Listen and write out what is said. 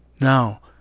Now